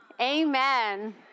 Amen